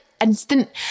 instant